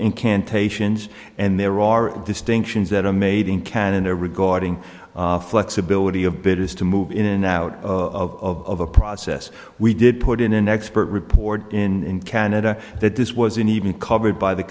incantations and there are distinctions that are made in canada regarding flexibility of bit is to move in and out of the process we did put in an expert report in canada that this was an even covered by the